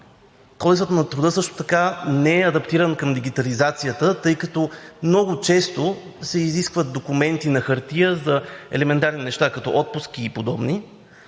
Кодексът на труда също така не е адаптиран към дигитализацията, тъй като много често се изискват документи на хартия за елементарни неща, като отпуски и подобни.